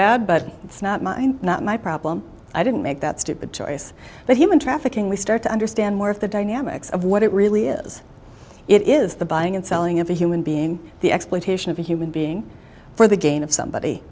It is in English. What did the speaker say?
bad but it's not mine not my problem i didn't make that stupid choice but human trafficking we start to understand more of the dynamics of what it really is it is the buying and selling of a human being the exploitation of a human being for the gain of somebody